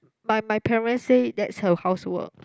my my parents say that's her housework